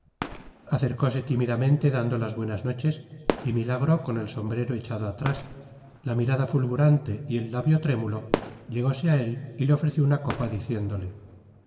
culinaria acercose tímidamente dando las buenas noches y milagro con el sombrero echado atrás la mirada fulgurante y el labio trémulo llegose a él y le ofreció una copa diciéndole